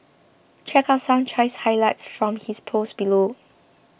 check out some choice highlights from his post below